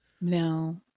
No